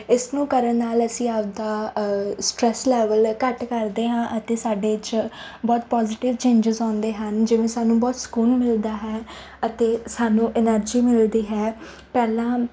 ਇਸਨੂੰ ਕਰਨ ਨਾਲ ਅਸੀਂ ਆਪਦਾ ਸਟਰੈਸ ਲੈਵਲ ਘੱਟ ਕਰਦੇ ਹਾਂ ਅਤੇ ਸਾਡੇ 'ਚ ਬਹੁਤ ਪੋਜ਼ੀਟਿਵ ਚੇਂਜਸ ਆਉਂਦੇ ਹਨ ਜਿਵੇਂ ਸਾਨੂੰ ਬਹੁਤ ਸਕੂਨ ਮਿਲਦਾ ਹੈ ਅਤੇ ਸਾਨੂੰ ਐਨਰਜੀ ਮਿਲਦੀ ਹੈ ਪਹਿਲਾਂ